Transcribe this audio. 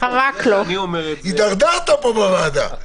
התדרדרת פה בוועדה...